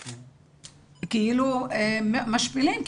משפילים.